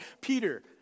Peter